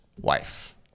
wife